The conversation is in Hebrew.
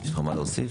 יש לך מה להוסיף?